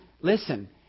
listen